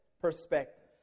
perspective